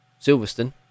Silverstone